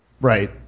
Right